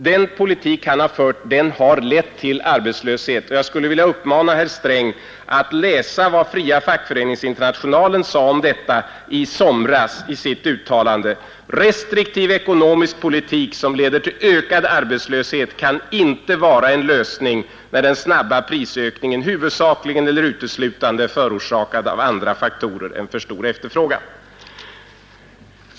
Den politik han har fört har lett till arbetslöshet. Jag skulle vilja be herr Sträng att läsa vad Fria fackföreningsinternationalen sade om detta i somras i sitt uttalande: Restriktiv ekonomisk politik som leder till ökad arbetslöshet kan inte vara en lösning, när den snabba prisökningen huvudsakligen eller uteslutande är förorsakad av andra faktorer än för stor efterfrågan.